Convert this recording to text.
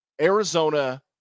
Arizona